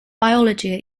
biology